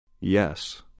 Yes